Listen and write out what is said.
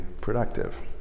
productive